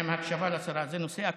עם הקשבה של השרה, זה נושא אקוטי.